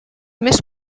més